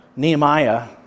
Nehemiah